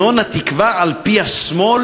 כאן, המנון "התקווה" על-פי השמאל,